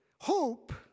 Hope